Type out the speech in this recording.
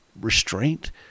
restraint